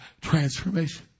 transformation